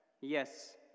Yes